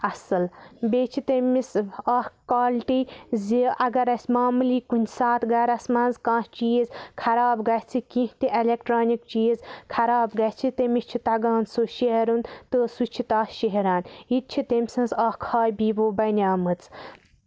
اَصٕل بیٚیہِ چھِ تٔمِس اکھ کالٹی زِ اَگر اَسہِ ماموٗلی کُنہِ ساتہٕ گرَس منٛز کانہہ چیٖز خراب گژھِ کیٚنہہ تہِ اٮ۪لیکٹرانِک چیٖز خراب گژھِ تٔمِس چھِ تَگان سُہ شیرُن تہٕ سُہ چھُ تَتھ شیٚہران یہِ تہِ چھِ تٔمۍ سٕنز اکھ ہابی بَنے مٕژ